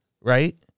Right